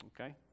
Okay